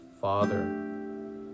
father